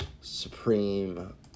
Supreme